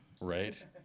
Right